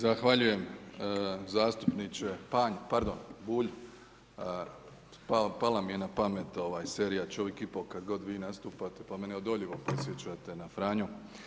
Zahvaljujem zastupniče Panj, pardon Bulj, pala mi je na pamet serija Čovik i po', kad god vi nastupate pa me neodoljivo podsjećate na Franju.